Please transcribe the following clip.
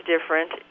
different